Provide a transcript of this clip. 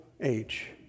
age